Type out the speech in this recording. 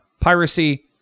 Piracy